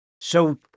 So-